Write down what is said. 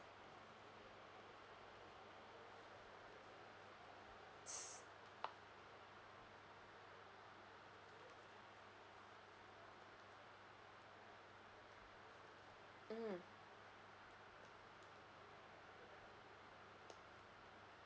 mm